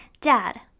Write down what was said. Dad